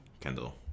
Kendall